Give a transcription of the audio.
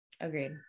Agreed